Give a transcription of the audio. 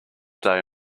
day